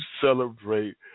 celebrate